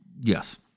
Yes